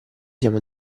siamo